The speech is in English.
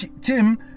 Tim